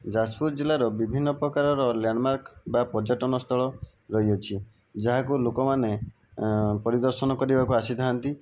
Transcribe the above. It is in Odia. ଯାଜପୁର ଜିଲ୍ଲାର ବିଭିନ୍ନ ପ୍ରକାରର ଲାଣ୍ଡମାର୍କ ବା ପର୍ଯ୍ୟଟନ ସ୍ଥଳ ରହିଅଛି ଯାହାକୁ ଲୋକମାନେ ପରିଦର୍ଶନ କରିବାକୁ ଆସିଥାନ୍ତି